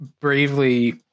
bravely